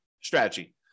strategy